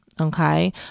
okay